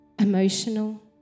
Emotional